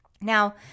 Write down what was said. Now